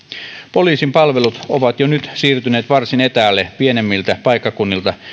poliisin palvelut ovat jo nyt siirtyneet varsin etäälle pienemmiltä paikkakunnilta